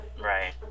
Right